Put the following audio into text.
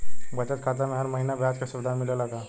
बचत खाता में हर महिना ब्याज के सुविधा मिलेला का?